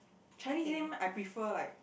Chinese name I prefer like